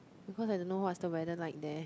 because I don't know what is the weather like there